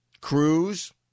Cruz